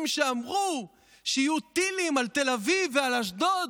שאמרו שיהיו טילים על תל אביב ועל אשדוד.